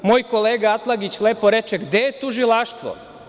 Moj kolega Atlagić lepo reče – gde je tužilaštvo?